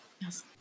yes